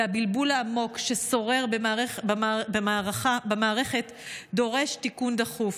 והבלבול העמוק ששורר במערכת דורש תיקון דחוף.